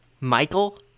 Michael